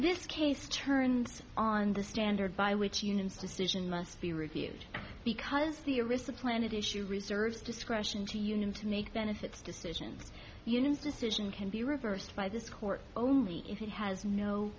this case turns on the standard by which unions decision must be reviewed because the arista clannad issue reserves discretion to unions to make then if it's decisions unions decision can be reversed by this court only if he has no